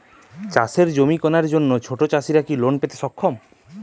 চাষের জমি কেনার জন্য ছোট চাষীরা কি লোন পেতে সক্ষম?